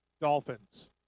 Dolphins